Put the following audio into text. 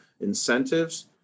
incentives